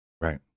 right